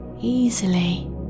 easily